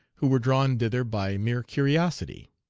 who were drawn thither by mere curiosity.